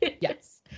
yes